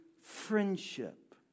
friendship